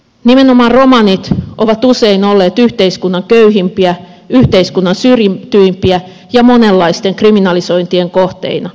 nimenomaan romanit ovat usein olleet yhteiskunnan köyhimpiä yhteiskunnan syrjityimpiä ja monenlaisten kriminalisointien kohteina